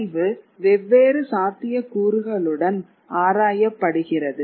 அறிவு வெவ்வேறு சாத்தியக்கூறுகளுடன் ஆராயப்படுகிறது